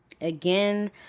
Again